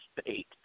State